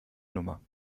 nummer